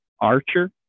archer